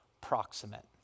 proximate